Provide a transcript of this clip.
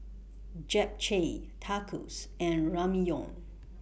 Japchae Tacos and Ramyeon